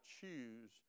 choose